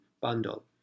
bundle